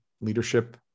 leadership